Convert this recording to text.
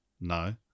No